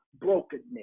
brokenness